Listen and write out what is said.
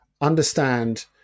understand